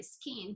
skin